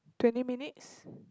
twenty minutes